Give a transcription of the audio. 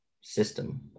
system